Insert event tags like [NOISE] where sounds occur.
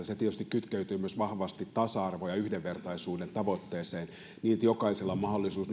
[UNINTELLIGIBLE] se tietysti kytkeytyy myös vahvasti tasa arvon ja yhdenvertaisuuden tavoitteeseen niin että jokaisella on mahdollisuus [UNINTELLIGIBLE]